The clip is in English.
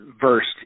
versed